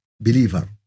believer